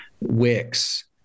Wix